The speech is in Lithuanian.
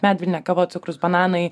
medvilnė kava cukrus bananai